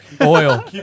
oil